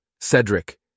Cedric